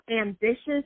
Ambitious